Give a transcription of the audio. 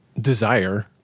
desire